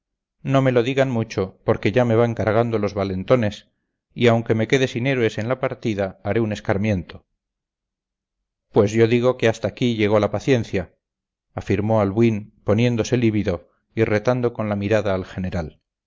no me lo digan mucho porque ya me van cargando los valentones y aunque me quede sin héroes en la partida haré un escarmiento pues yo digo que hasta aquí llegó la paciencia afirmó albuín poniéndose lívido y retando con la mirada al general